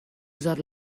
usar